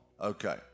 Okay